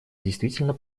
действительно